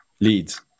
leads